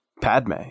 Padme